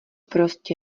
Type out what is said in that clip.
prostě